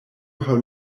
how